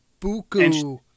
Buku